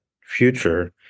future